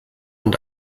und